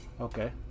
Okay